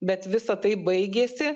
bet visa tai baigėsi